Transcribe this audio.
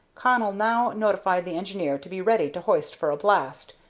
connell now notified the engineer to be ready to hoist for a blast,